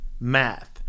math